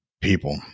people